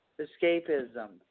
escapism